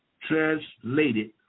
translated